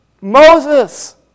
Moses